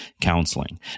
counseling